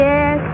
Yes